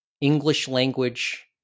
English-language